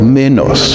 menos